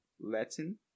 latin